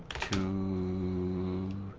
to